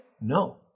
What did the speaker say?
No